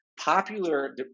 popular